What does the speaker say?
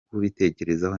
kubitekerezaho